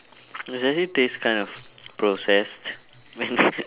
it actually taste kind of processed and